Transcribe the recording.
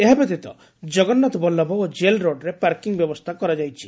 ଏହା ବ୍ୟତୀତ ଜଗନ୍ନାଥ ବଲ୍କଭ ଓ ଜେଲ୍ରୋଡରେ ପାର୍କିଂ ବ୍ୟବସ୍ରା କରାଯାଇଛି